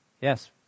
Yes